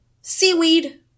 seaweed